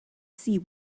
see